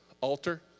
altar